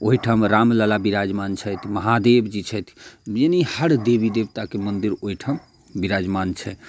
ओहिठाम रामलला बिराजमान छथि महादेव जी छथि यानी हर देवी देवताके मन्दिर ओइठम बिराजमान छै